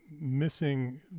missing